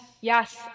yes